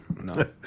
No